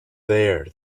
there